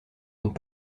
donc